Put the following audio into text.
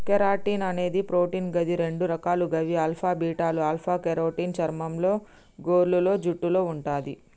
keratin అనేది protein గది రెండు రకాలు గవి ఆల్ఫా, బీటాలు ఆల్ఫ కెరోటిన్ చర్మంలో, గోర్లు, జుట్టులో వుంటది